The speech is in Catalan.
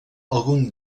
algun